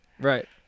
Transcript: Right